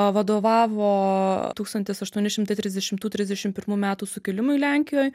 vadovavo tūkstantis aštuoni šimtai trisdešimtų trisdešimt pirmų metų sukilimui lenkijoj